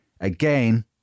again